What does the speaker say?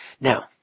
Now